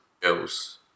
girls